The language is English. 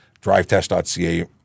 drivetest.ca